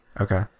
Okay